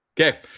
Okay